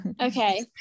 Okay